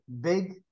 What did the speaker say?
big